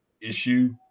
issue